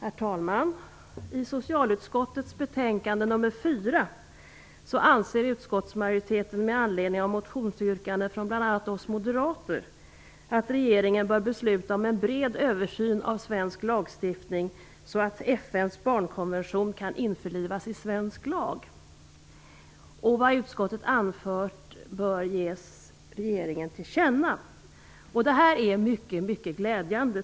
Herr talman! I socialutskottets betänkande nr 4 anser utskottsmajoriteten med anledning av motionsyrkanden från bl.a. oss moderater att regeringen bör besluta om en bred översyn av svensk lagstiftning så att FN:s barnkonvention kan införlivas i svensk lag. Vad utskottet anfört föreslås riksdagen ge regeringen till känna. Jag tycker att detta är mycket glädjande.